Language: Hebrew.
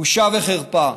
בושה וחרפה.